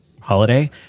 holiday